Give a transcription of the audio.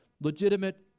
legitimate